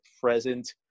present